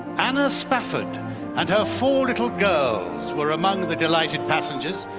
anna spafford and her four little girls were among the delighted passengers.